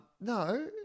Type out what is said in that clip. No